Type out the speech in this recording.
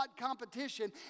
competition